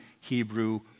Hebrew